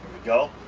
go.